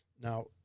now